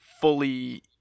fully